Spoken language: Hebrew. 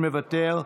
מוותר,